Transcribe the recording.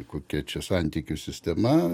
kokia čia santykių sistema